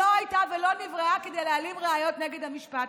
שלא הייתה ולא נבראה, כדי להעלים ראיות נגד המשפט.